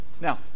Now